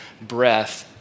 breath